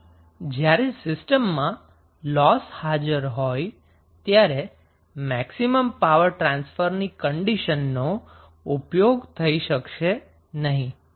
આમ જ્યારે સિસ્ટમમાં લોસ હાજર હોય ત્યારે મેક્સિમમ પાવર ટ્રાન્સફરની કન્ડિશન ઉપયોગી થશે નહીં